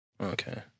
Okay